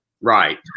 Right